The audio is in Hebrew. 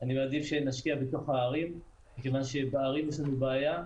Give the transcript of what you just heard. אני מעדיף שנשקיע בתוך הערים מכיוון שבערים יש לנו בעיה,